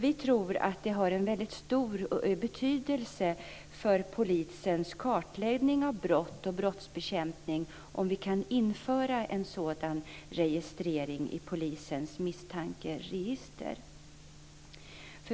Vi tror att det har en stor betydelse för polisens kartläggning av brott och brottsbekämpning om vi kan införa en sådan registrering i polisens misstankeregister.